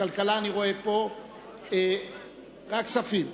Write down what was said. רק כספים.